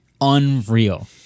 unreal